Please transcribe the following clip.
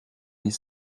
les